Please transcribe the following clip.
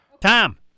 tom